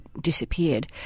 disappeared